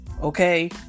Okay